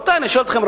אני שואל אתכם,